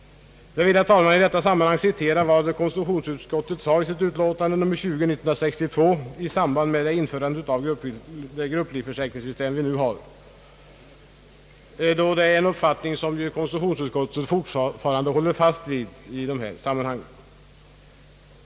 Jag vill i detta sammanhang citera ur konstitutionsutskottets utlåtande nr 20 av år 1962 om vad som bl.a. skrevs i samband med införandet av det grupplivförsäkringssystem som vi nu har. Det gäller en uppfattning som konstitutionsutskottet fortfarande håller fast vid.